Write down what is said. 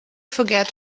forget